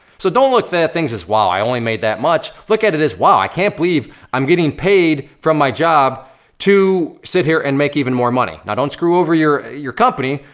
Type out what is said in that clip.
so don't look at things as wow, i only made that much. look at it as wow, i can't believe i'm getting paid from my job to sit here and make even more money. now don't screw over your your company.